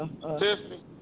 Tiffany